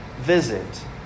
visit